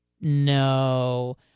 No